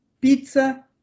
pizza